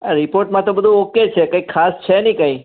આ રિપોર્ટમાં તો બધુ ઓકે છે કંઈ ખાસ છે નઈ કઈ